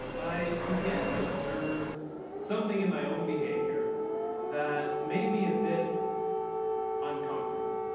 i began to observe something in my own behavior that made me a bit uncomfortable.